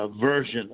version